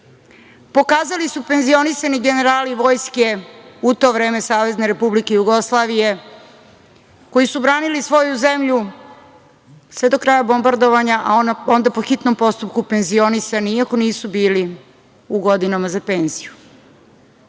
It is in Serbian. pokazali su penzionisani generali vojske, u to vreme SRJ, koji su branili svoju zemlju sve do kraja bombardovanja, a onda po hitnom postupku penzionisani iako nisu bili u godinama za penziju. Miloš